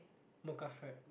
mocha frappe